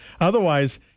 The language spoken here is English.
Otherwise